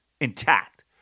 intact